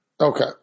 Okay